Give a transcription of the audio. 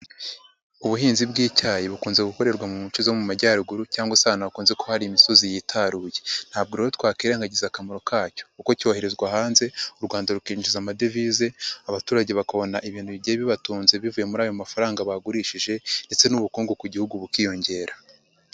Ubuhinzi bw'icyayi bukunze gukorerwa mu nshe zo mu majyaruguru cyangwase ahantu hakunze kuba hari imisozi yitaruye, ntabwo rero twakwirengagiza akamaro ka cyo kuko cyoherezwa hanze u Rwanda rukinjiza amadevize abaturage bakabona ibintu bigiye bibatunze bivuye muri ayo mafaranga bagurishije ndetse n'ubukungu ku gihugu bukiyongera.